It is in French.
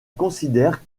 considère